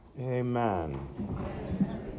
Amen